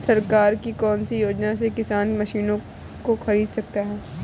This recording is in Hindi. सरकार की कौन सी योजना से किसान मशीनों को खरीद सकता है?